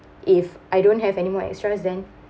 if I don't have any more extras then